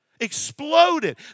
Exploded